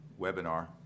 webinar